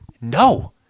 No